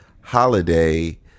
holiday